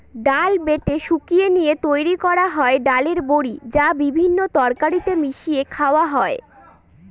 ডাল বেটে শুকিয়ে নিয়ে তৈরি করা হয় ডালের বড়ি, যা বিভিন্ন তরকারিতে মিশিয়ে খাওয়া হয়